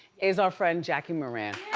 is our friend, jackie moran.